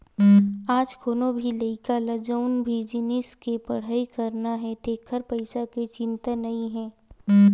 आज कोनो भी लइका ल जउन भी जिनिस के पड़हई करना हे तेखर पइसा के चिंता नइ हे